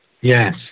Yes